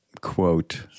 quote